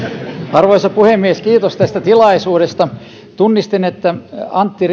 arvoisa puhemies kiitos tästä tilaisuudesta tunnistin että edustaja antti